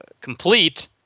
complete